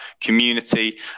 community